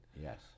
Yes